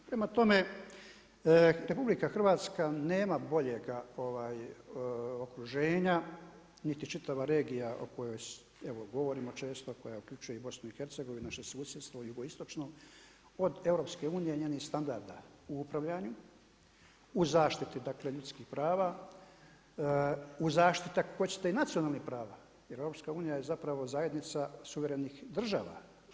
Prema tome, RH nema boljega okruženja niti čitava regija o kojoj evo govorimo često, koja uključuje i BiH, naše susjedstvo jugoistočno, od EU i njenih standarda u upravljanju, u zaštiti ljudskih prava, u zaštiti ako hoćete i nacionalnih prava jer EU je zapravo zajednica suverenih država.